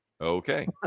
okay